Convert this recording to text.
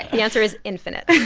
the answer is infinite